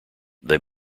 they